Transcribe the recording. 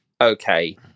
Okay